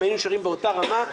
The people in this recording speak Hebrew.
אם היינו נשארים באותה רמה,